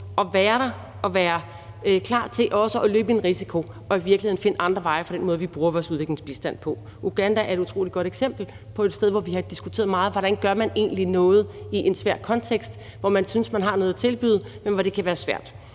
og være klar til også at løbe en risiko og i virkeligheden finde andre veje for den måde, vi bruger vores udviklingsbistand på. Uganda er et utrolig godt eksempel på et sted, hvor vi har diskuteret meget, hvordan man egentlig gør noget i en svær kontekst – hvor man synes, man har noget at tilbyde, men hvor det kan være svært.